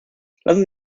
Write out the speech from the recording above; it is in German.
lassen